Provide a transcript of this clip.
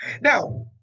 Now